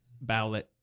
ballot